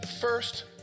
first